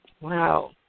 Wow